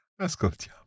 Ascoltiamo